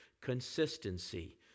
consistency